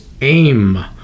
aim